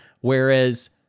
Whereas